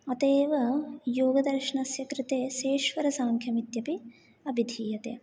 अतः एव योगदर्शनस्य कृते सेश्वरसांख्यम् इत्यपि अभिधीयते